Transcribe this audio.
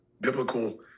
biblical